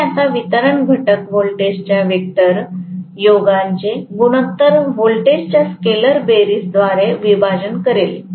तर मी आता वितरण घटक व्होल्टेजेसच्या वेक्टर योगाचे गुणोत्तर व्होल्टेजच्या स्केलर बेरीजद्वारे विभाजित करेल